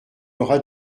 aura